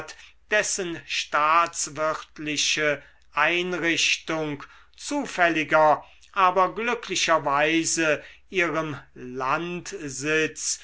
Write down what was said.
dessen staatswirtliche einrichtung zufälliger aber glücklicherweise ihrem landsitz